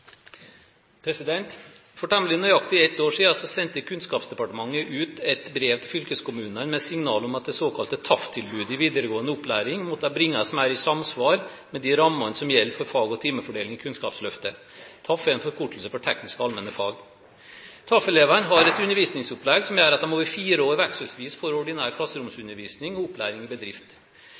såkalte TAF-tilbudet i videregående opplæring måtte bringes mer i samsvar med de rammene som gjelder for fag- og timefordeling i Kunnskapsløftet. TAF er en forkortelse for tekniske og allmenne fag. TAF-elevene har et undervisningsopplegg som gjør at de over fire år vekselvis får ordinær klasseromsundervisning og opplæring i bedrift.